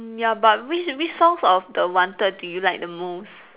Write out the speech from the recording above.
ya but which which songs of the wanted do you like the most